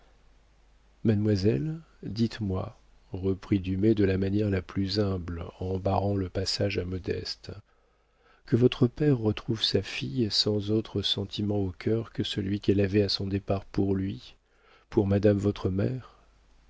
mademoiselle dites-moi reprit dumay de la manière la plus humble en barrant le passage à modeste que votre père retrouve sa fille sans autre sentiment au cœur que celui qu'elle avait à son départ pour lui pour madame votre mère